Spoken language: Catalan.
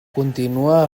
continua